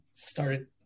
Started